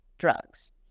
drugs